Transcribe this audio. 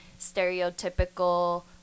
stereotypical